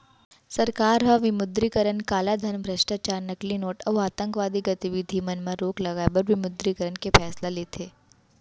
सरकार ह विमुद्रीकरन कालाधन, भस्टाचार, नकली नोट अउ आंतकवादी गतिबिधि मन म रोक लगाए बर विमुद्रीकरन के फैसला लेथे